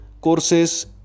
courses